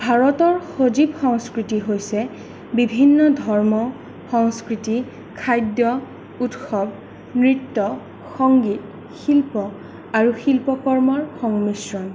ভাৰতৰ সজীৱ সংস্কৃতি হৈছে বিভিন্ন ধৰ্ম সংস্কৃতি খাদ্য উৎসৱ নৃত্য সংগীত শিল্প আৰু শিল্পকৰ্মৰ সংমিশ্ৰণ